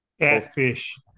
Catfish